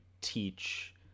teach